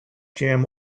jam